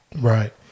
Right